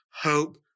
hope